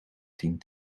tien